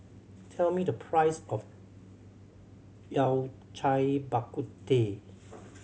tell me the price of Yao Cai Bak Kut Teh